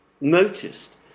noticed